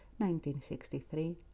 1963